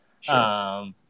Sure